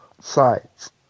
sites